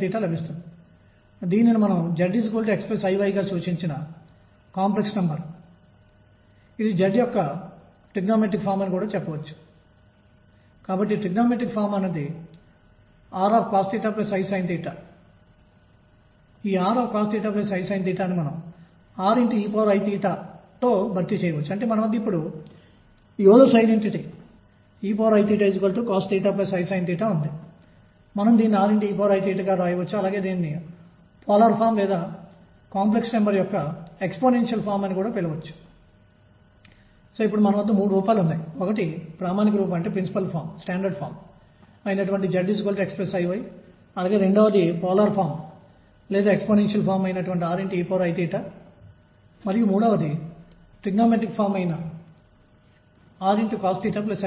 అనుకుందాం అది కూడా mvxvx dt వలె ఉంటుంది ఎందుకంటే ఈ పరిమాణం dx అనేది vx dt తప్ప మరేమీ కాదు